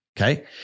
okay